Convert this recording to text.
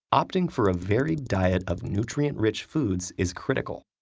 opting for a varied diet of nutrient-rich foods is critical.